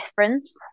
difference